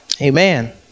Amen